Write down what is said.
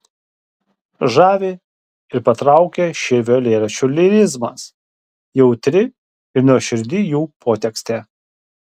žavi ir patraukia širvio eilėraščių lyrizmas jautri ir nuoširdi jų potekstė